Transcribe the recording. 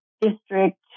district